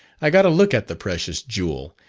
i got a look at the precious jewel,